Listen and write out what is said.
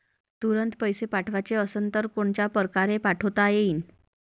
तुरंत पैसे पाठवाचे असन तर कोनच्या परकारे पाठोता येईन?